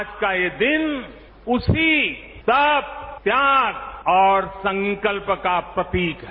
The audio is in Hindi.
आज का ये दिन उसी तप त्याग और संकल्प का प्रतीक है